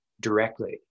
directly